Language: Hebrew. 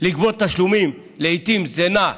לגבות תשלומים, לעיתים, זה נע מ-1,000,